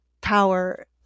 power